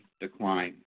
decline